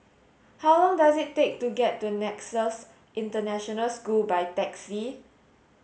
how long does it take to get to Nexus International School by taxi